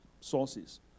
sources